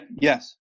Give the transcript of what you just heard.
Yes